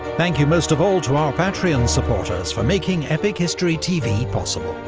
thank you most of all to our patreon supporters for making epic history tv possible.